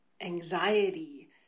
anxiety